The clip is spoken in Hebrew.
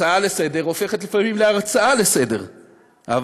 הצעה לסדר-היום הופכת לפעמים להרצאה לסדר-היום,